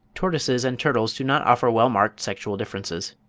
tortoises and turtles do not offer well-marked sexual differences.